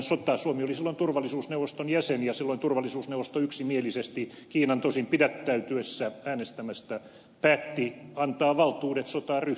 suomi oli silloin turvallisuusneuvoston jäsen ja silloin turvallisuusneuvosto yksimielisesti kiinan tosin pidättäytyessä äänestämästä päätti antaa valtuudet sotaan ryhtymiselle